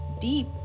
deep